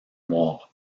noir